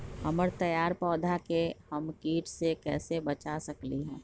हमर तैयार पौधा के हम किट से कैसे बचा सकलि ह?